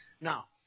Now